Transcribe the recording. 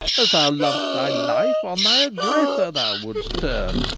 as thou lov'st thy life, on thy aggressor thou would'st turn,